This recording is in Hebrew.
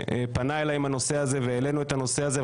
שפנה אליי עם הנושא הזה והעלינו את הנושא הזה.